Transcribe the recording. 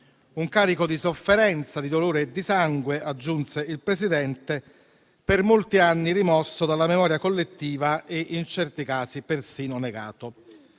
«Un carico di sofferenza, di dolore e di sangue - aggiunse il Presidente - per molti anni rimosso dalla memoria collettiva e, in certi casi, persino negato».